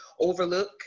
overlook